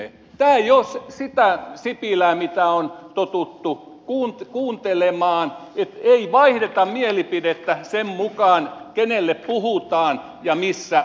tämä ei ole sitä sipilää mitä on totuttu kuuntelemaan että ei vaihdeta mielipidettä sen mukaan kenelle puhutaan ja missä ollaan